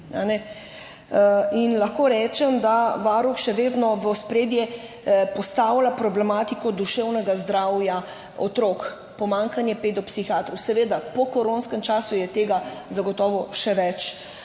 In lahko rečem, da Varuh še vedno v ospredje postavlja problematiko duševnega zdravja otrok, pomanjkanje pedopsihiatrov. Seveda, po koronskem času je tega zagotovo še več,